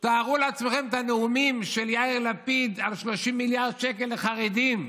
תארו לעצמכם את הנאומים של יאיר לפיד על 30 מיליארד שקל לחרדים.